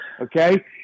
Okay